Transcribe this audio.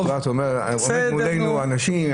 בסדר נו --- יבואו מולנו אנשים,